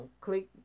click